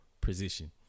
position